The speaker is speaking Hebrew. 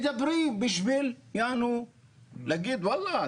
מדברים בשביל יענו להגיד 'וואלה,